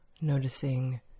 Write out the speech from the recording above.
Noticing